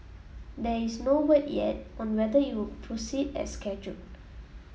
there is no word yet on whether you proceed as scheduled